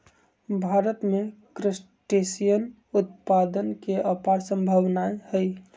भारत में क्रस्टेशियन उत्पादन के अपार सम्भावनाएँ हई